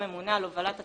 הממונה על הובלת התהליך,